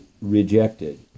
rejected